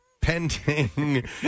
pending